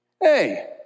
Hey